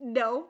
no